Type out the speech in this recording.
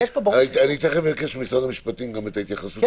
אני תיכף אבקש ממשרד המשפטים גם את ההתייחסות שלהם כמובן.